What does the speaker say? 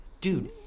Dude